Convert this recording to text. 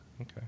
okay